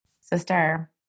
Sister